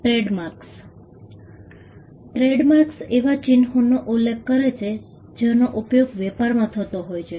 trademarks એવા ચિહ્નોનો ઉલ્લેખ કરે છે જેનો ઉપયોગ વેપારમાં થતો હોય છે